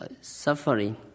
suffering